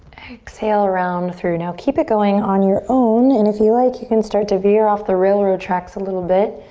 exhale, round through. now keep it going on your own. and if you like you can start to veer off the railroad tracks a little bit.